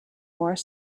more